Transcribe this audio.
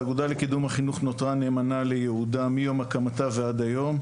האגודה לקידום החינוך נותרה נאמנה לייעודה מיום הקמתה ועד היום.